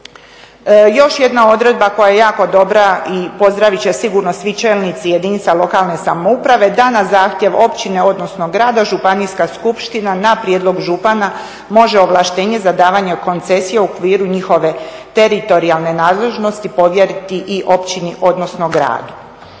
Još jedna odredba koja je jako dobro i pozdravit će je sigurno svi čelnici jedinica lokalne samouprave, da na zahtjev općine odnosno grada županijska skupština na prijedlog župana može ovlaštenje za davanje koncesija u okviru njihove teritorijalne nadležnosti povjeriti i općini, odnosno gradu.